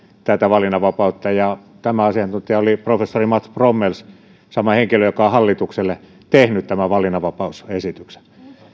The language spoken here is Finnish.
tätä valinnanvapautta ja tämä asiantuntija oli professori mats brommels sama henkilö joka on hallitukselle tehnyt tämän valinnanvapausesityksen